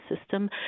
system